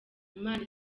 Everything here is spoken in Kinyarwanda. imana